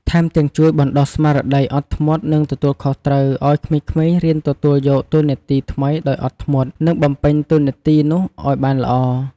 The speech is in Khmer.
ថែមទាំងជួយបណ្តុះស្មារតីអត់ធ្មត់ និងទទួលខុសត្រូវ ឲ្យក្មេងៗរៀនទទួលយកតួនាទីថ្មីដោយអត់ធ្មត់ និងបំពេញតួនាទីនោះឱ្យបានល្អ។